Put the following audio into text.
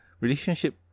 Relationship